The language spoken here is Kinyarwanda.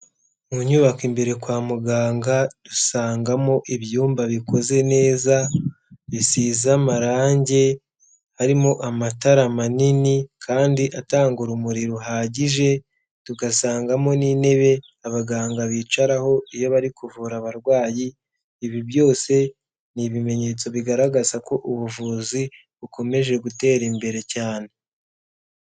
Mu nyubako imbere kwa muganga usangamo ibyumba bikoze neza bisiza amarangi, harimo amatara manini kandi atanga urumuri ruhagije, tugasangamo n'intebe abaganga bicaraho iyo bari kuvura abarwayi; ibi byose ni ibimenyetso bigaragaza ko ubuvuzi bukomeje gutera imbere cyane.